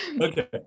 Okay